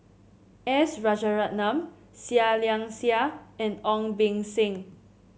S Rajaratnam Seah Liang Seah and Ong Beng Seng